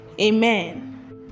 Amen